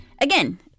Again